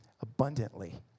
abundantly